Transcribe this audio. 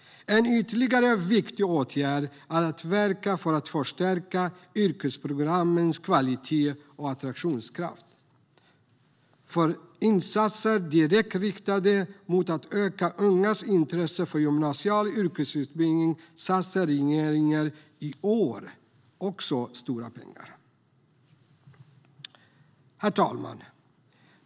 En ytterligare viktig åtgärd är att verka för att förstärka yrkesprogrammens kvalitet och attraktionskraft. På insatser direkt riktade mot att öka ungas intresse för gymnasial yrkesutbildning satsar regeringen i år också stora pengar. Herr talman!